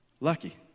Lucky